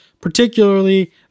particularly